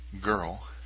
girl